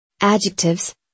Adjectives